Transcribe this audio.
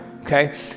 okay